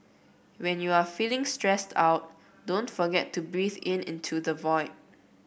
when you are feeling stressed out don't forget to breathe in into the void